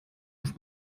auf